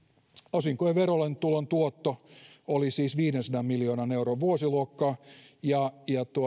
osinkojen verolletulon tuotto oli siis viidensadan miljoonan euron vuosiluokkaa ja ja